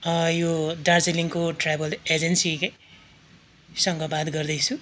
यो दार्जिलिङको travel agency है सँग बात गर्दैछु